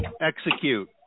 Execute